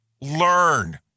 learn